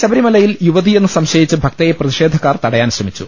ശബരിമലയിൽ യുവതിയെന്ന് സംശയിച്ച് ഭക്തയെ പ്രതിഷേ ധക്കാർ തടയാൻ ശ്രമിച്ചു